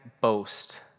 boast